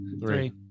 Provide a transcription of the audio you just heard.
Three